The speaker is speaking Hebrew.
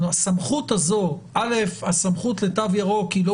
הסמכות הזו אלף הסמכות לתו ירוק היא לא